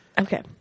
Okay